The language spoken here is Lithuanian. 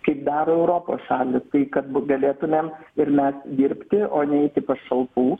kaip daro europos šalys kai kad galėtumėm ir mes dirbti o neiti pašalpų